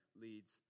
leads